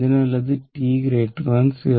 അതിനാൽ അത് t 0